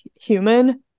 human